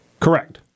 Correct